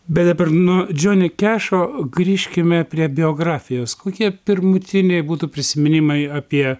bet dabar nuo džoni kešo grįžkime prie biografijos kokie pirmutiniai būtų prisiminimai apie